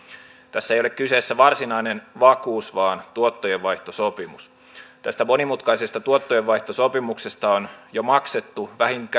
tässä ei ole kyseessä varsinainen vakuus vaan tuottojenvaihtosopimus tästä monimutkaisesta tuottojenvaihtosopimuksesta on jo maksettu